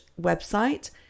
website